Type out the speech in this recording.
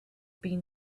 been